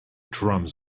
drums